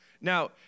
Now